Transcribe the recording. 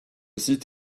site